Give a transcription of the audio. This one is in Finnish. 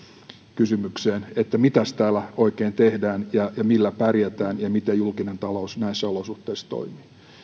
kysymykseen että mitäs täällä oikein tehdään ja millä pärjätään ja miten julkinen talous näissä olosuhteissa